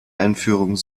einführung